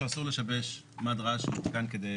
שאסור לשבש מד רעש שמותקן כדי